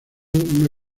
una